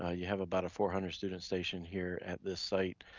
ah you have about a four hundred student station here at this site,